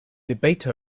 debate